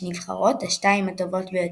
להרחיב את המונדיאל ל-40 נבחרות.